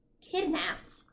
Kidnapped